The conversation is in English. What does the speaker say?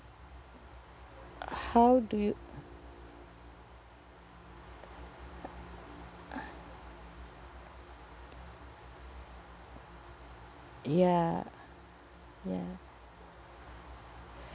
how do you ya ya